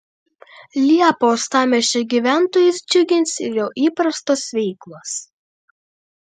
liepą uostamiesčio gyventojus džiugins ir jau įprastos veiklos